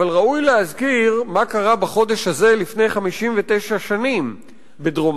אבל ראוי להזכיר מה קרה בחודש הזה לפני 59 שנים בדרום-אפריקה,